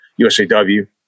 USAW